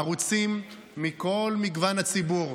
ערוצים מכל מגוון הציבור,